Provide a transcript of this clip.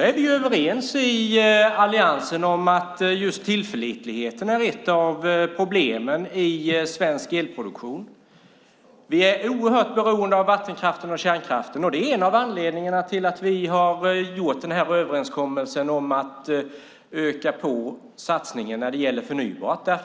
är vi överens i alliansen om att just tillförlitligheten är ett av problemen i svensk elproduktion. Vi är oerhört beroende av vattenkraften och kärnkraften. Det är en av anledningarna till att vi har träffat överenskommelsen om att öka satsningarna på förnybart.